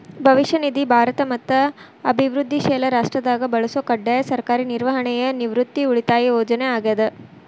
ಭವಿಷ್ಯ ನಿಧಿ ಭಾರತ ಮತ್ತ ಅಭಿವೃದ್ಧಿಶೇಲ ರಾಷ್ಟ್ರದಾಗ ಬಳಸೊ ಕಡ್ಡಾಯ ಸರ್ಕಾರಿ ನಿರ್ವಹಣೆಯ ನಿವೃತ್ತಿ ಉಳಿತಾಯ ಯೋಜನೆ ಆಗ್ಯಾದ